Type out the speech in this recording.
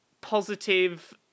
positive